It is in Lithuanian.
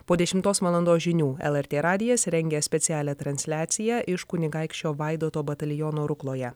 po dešimtos valandos žinių lrt radijas rengia specialią transliaciją iš kunigaikščio vaidoto bataliono rukloje